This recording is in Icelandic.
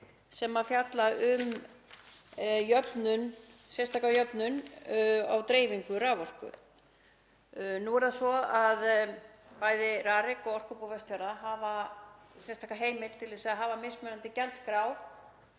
sem fjalla um sérstaka jöfnun á dreifingu raforku. Nú er það svo að bæði Rarik og Orkubú Vestfjarða hafa sérstaka heimild til að hafa mismunandi gjaldskrá